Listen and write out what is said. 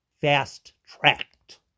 fast-tracked